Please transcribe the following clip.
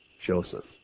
Joseph